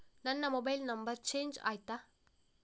ನನ್ನ mobile number change ಆಯ್ತಾ?